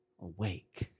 awake